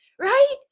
Right